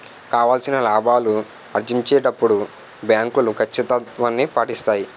కావాల్సిన లాభాలు ఆర్జించేటప్పుడు బ్యాంకులు కచ్చితత్వాన్ని పాటిస్తాయి